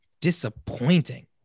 disappointing